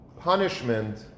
punishment